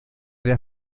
era